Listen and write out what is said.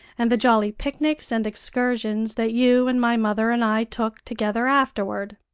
and the jolly picnics and excursions that you and my mother and i took together afterward.